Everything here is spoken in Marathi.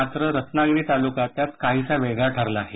मात्र रत्नागिरी तालुका त्यात काहीसा वेगळा ठरला आहे